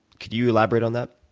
could you elaborate on that?